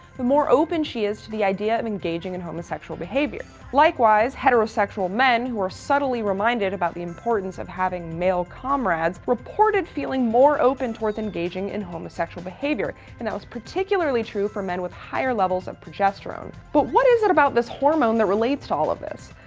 the more open she is to the idea of engaging in homosexual behaviour. likewise, heterosexual men who are subtly reminded about the importance of having male friends, reported feeling more open towards engaging in homosexual behaviour and that was particularly true for men with higher levels of progesterone. but what is it about this hormone that relates to all of this?